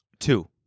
Two